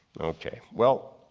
okay well,